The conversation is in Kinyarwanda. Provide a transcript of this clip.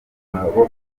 maboko